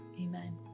Amen